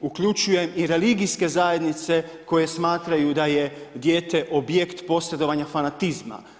Uključujem i religijske zajednice koje smatraju da je dijete objekt posredovanja fanatizma.